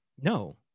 No